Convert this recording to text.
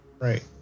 Right